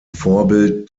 vorbild